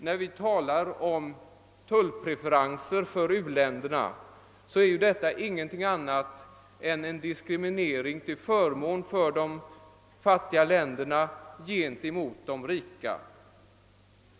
När vi talar om tullpreferenser för u-länderna är detta i själva verket ingenting annat än en diskriminering av de rika länderna till förmån för de fattiga länderna.